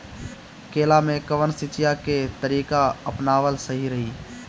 केला में कवन सिचीया के तरिका अपनावल सही रही?